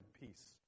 peace